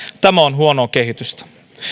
tämä on huonoa kehitystä